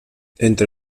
entre